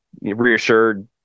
Reassured